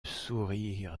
sourire